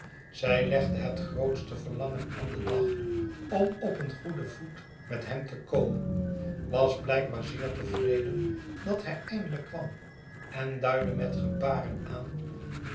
zij legde het grootste verlangen aan den dag om op een goeden voet met hem te komen was blijkbaar zeer tevreden dat hij eindelijk kwam en duidde met gebaren aan